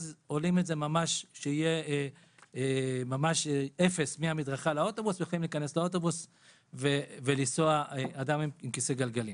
שיהיה ממש אפס מהמדרכה לאוטובוס ואנשים עם כיסא גלגלים